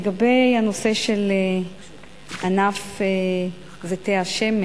לגבי הנושא של ענף זיתי השמן